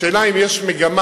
השאלה אם יש מגמה,